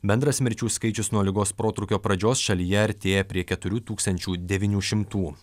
bendras mirčių skaičius nuo ligos protrūkio pradžios šalyje artėja prie keturių tūkstančių devynių šimtų